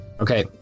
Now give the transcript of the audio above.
Okay